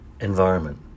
environment